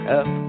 up